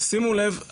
שימו לב,